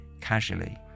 casually